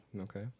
Okay